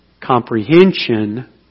comprehension